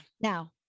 Now